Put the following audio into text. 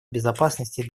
безопасности